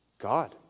God